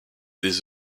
des